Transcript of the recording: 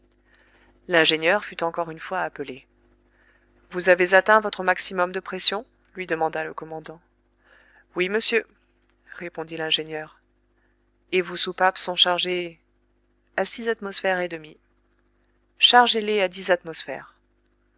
l'ingénieur fut encore une fois appelé vous avez atteint votre maximum de pression lui demanda le commandant oui monsieur répondit l'ingénieur et vos soupapes sont chargées a six atmosphères et demie chargez les à dix atmosphères